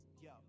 yo